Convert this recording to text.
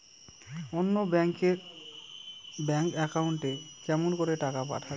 অন্য ব্যাংক এর bank account এ কেমন করে টাকা পাঠা যাবে?